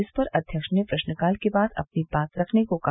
इस पर अध्यक्ष ने प्रश्नकाल के बाद अपनी बात रखने के लिये कहा